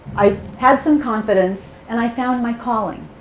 i had some confidence, and i found my calling.